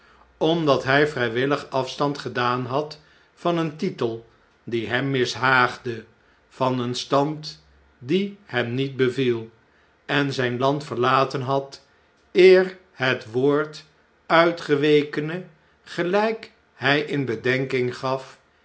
omdat hij vrjjwillig afstand gedaan had van een titel die hem mishaagde van een stand die hem niet beviel en zjjn land verlatenhad eer het woord uitgewekene geljjk hjj in bedenking gaf